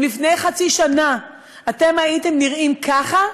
אם לפני חצי שנה אתם הייתם נראים ככה,